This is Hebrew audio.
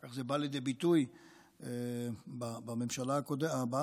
אחר כך בא לידי ביטוי בממשלה הקודמת,